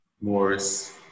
Morris